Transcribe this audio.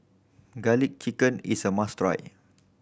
Garlic Chicken is a must try